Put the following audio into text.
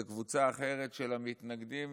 וקבוצה אחרת של המתנגדים,